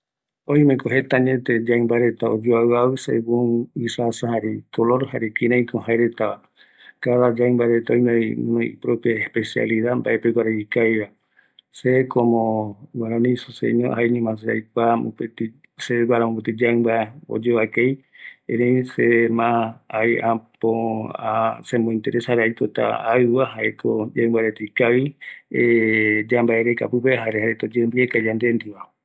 Yaɨmba reta oimeko jetape oyoavɨ reta, oimevi jaereta mbaerako ikaviva, nbaetɨ aikua kiraiko oyoavi yaɨmba reta, se jaeñoma aipota yaɨmba ataregua reta, oyembieka seveva